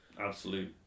absolute